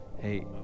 hey